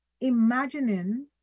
imagining